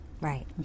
Right